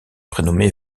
prénommée